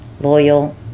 Loyal